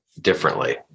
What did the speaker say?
differently